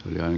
näin